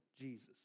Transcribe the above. Jesus